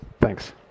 Thanks